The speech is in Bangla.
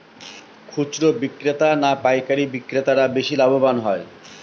খুচরো বিক্রেতা না পাইকারী বিক্রেতারা বেশি লাভবান হয়?